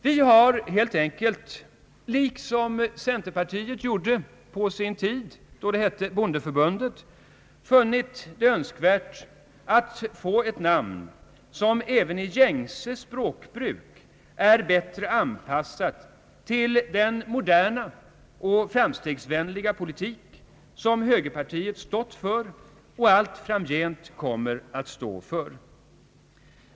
Vi har helt enkelt — liksom centerpartiet gjorde på sin tid då det hette bondeförbundet — funnit det önskvärt att få ett namn som även i gängse språkbruk är bättre anpassat till den moderna och framstegsvänliga politik som högerpartiet stått för och allt framgent kommer att stå för.